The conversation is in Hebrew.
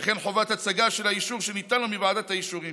וכן חובת הצגה של האישור שניתן לו מוועדת האישורים,